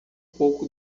pouco